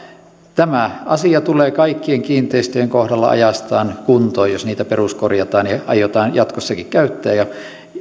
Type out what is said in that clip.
tämä asia tulee kaikkien kiinteistöjen kohdalla ajastaan kuntoon jos niitä peruskorjataan ja aiotaan jatkossakin käyttää ja